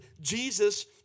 Jesus